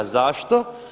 Zašto?